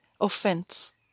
offense